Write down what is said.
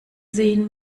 sehen